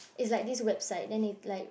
is like this website then it like